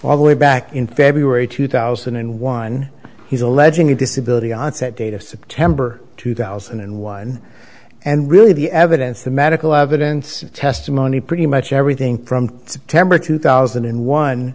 all the way back in february two thousand and one he's alleging a disability onset date of september two thousand and one and really the evidence the medical evidence testimony pretty much everything from september two thousand and one